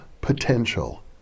potential